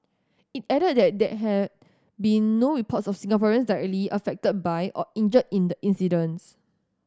it added that there had been no reports of Singaporeans directly affected by or injured in the incidents